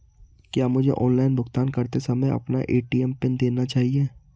क्या मुझे ऑनलाइन भुगतान करते समय अपना ए.टी.एम पिन देना चाहिए?